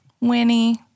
Winnie